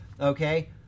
okay